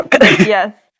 yes